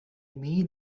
made